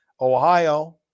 Ohio